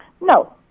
No